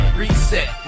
reset